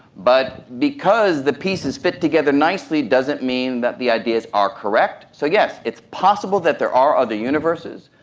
but because the pieces fit together nicely doesn't mean that the ideas are correct. so yes, it's possible that there are other universes,